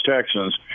Texans